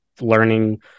learning